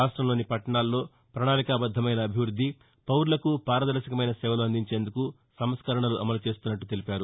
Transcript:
రాష్టంలోని పట్టణాల్లో ప్రణాళికా బద్దమైన అభివృద్ది పౌరులకు పారదర్భకమైన సేవలు అందించేందుకు సంస్కరణలు అమలు చేస్తున్నట్లు తెలిపారు